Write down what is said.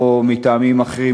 או מטעמים אחרים,